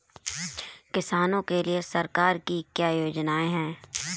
किसानों के लिए सरकार की क्या योजनाएं हैं?